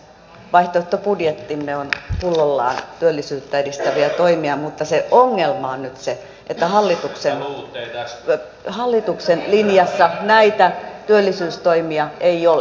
vaihtoehtobudjettimme on pullollaan työllisyyttä edistäviä toimia mutta se ongelma on nyt se että hallituksen linjassa näitä työllisyystoimia ei ole